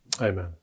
Amen